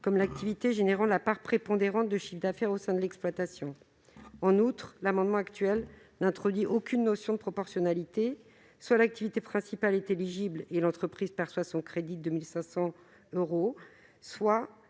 comme l'activité générant la part prépondérante de chiffre d'affaires au sein de l'exploitation. En outre, l'amendement actuel n'introduit aucune notion de proportionnalité : soit l'activité principale de l'exploitation est éligible et l'entreprise perçoit un crédit d'impôt pouvant